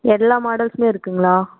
எல்லா மாடல்ஸ்ளையும் இருக்குங்களா